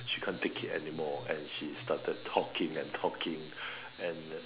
she can't take it anymore and she started talking and talking and then